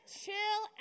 chill